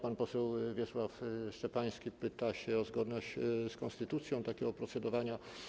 Pan poseł Wiesław Szczepański pyta o zgodność z konstytucją takiego procedowania.